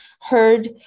heard